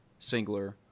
Singler